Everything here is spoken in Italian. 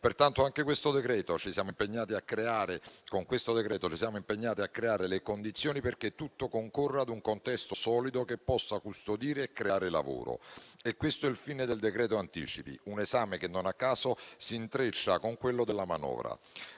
Pertanto anche con questo decreto-legge ci siamo impegnati a creare le condizioni perché tutto concorra ad un contesto solido che possa custodire e creare lavoro: questo è il fine del decreto anticipi. Un esame che non a caso si intreccia con quello della manovra.